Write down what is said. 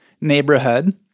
neighborhood